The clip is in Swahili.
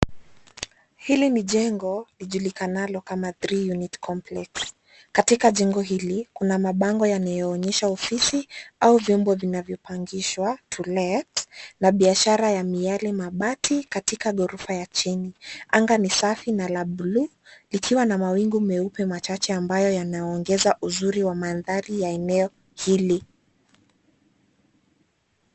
Hili ni jengo, lijulikanalo kama Three Unit Complex . Katika jengo hili, kuna mabango yanayoonyesha ofisi, au vyombo vinavyopangishwa, To Let , na biashara ya miale mabati katika ghorofa ya chini. Anga ni safi na la bluu, likiwa na mawingu meupe machache ambayo yanaongeza uzuri wa mandhari ya eneo hili.